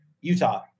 Utah